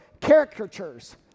caricatures